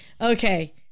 okay